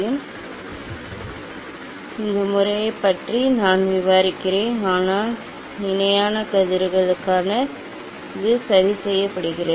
ஆம் நல்லது இந்த முறையைப் பற்றி நான் விவரிக்கிறேன் ஆனால் இணையான கதிர்களுக்கான இந்த சரிசெய்தல் செய்யப்படுகிறது